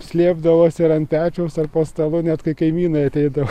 slėpdavosi ir ant pečiaus ar po stalu net kai kaimynai ateidavo